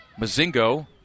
Mazingo